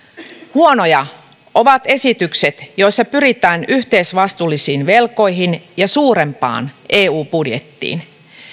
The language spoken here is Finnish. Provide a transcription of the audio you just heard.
huonoja ovat esitykset joissa pyritään yhteisvastuullisiin velkoihin ja suurempaan eu budjettiin